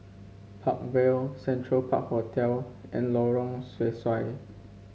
Park Vale Central Park Hotel and Lorong Sesuai